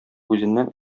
үзеннән